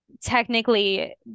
technically